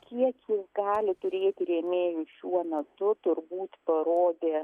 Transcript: kiek jis gali turėti rėmėjų šiuo metu turbūt parodė